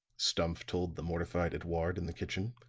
stumph told the mortified edouard in the kitchen,